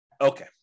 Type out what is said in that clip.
Okay